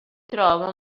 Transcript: trova